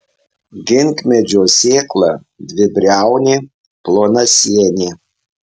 ginkmedžio sėkla dvibriaunė plonasienė